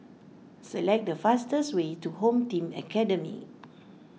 select the fastest way to Home Team Academy